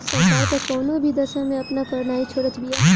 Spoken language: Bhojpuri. सरकार तअ कवनो भी दशा में आपन कर नाइ छोड़त बिया